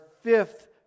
fifth